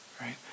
Right